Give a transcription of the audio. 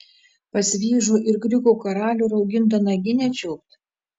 pas vyžų ir kriukių karalių raugintą naginę čiulpt